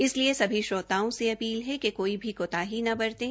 इसलिए सभी श्रोताओं से अपील है कि कोई भी कोताही न बरतें